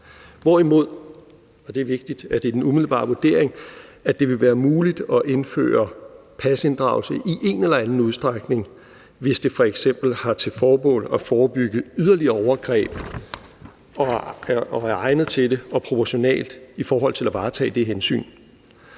hvorimod – og det er vigtigt – det er den umiddelbare vurdering, at det vil være muligt at indføre pasinddragelse i en eller anden udstrækning, hvis det f.eks. har til formål at forebygge yderligere overgreb og er egnet til det og proportionalt i forhold til at varetage det hensyn.